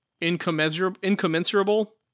Incommensurable